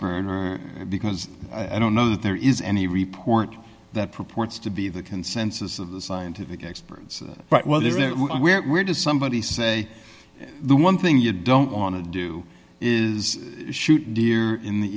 expert because i don't know that there is any report that purports to be the consensus of the scientific experts but well there where does somebody say the one thing you don't want to do is shoot deer in the